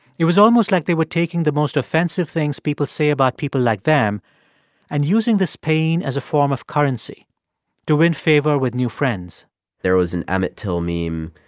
it was almost like they were taking the most offensive things people say about people like them and using this pain as a form of currency to win favor with new friends there was an emmett till meme.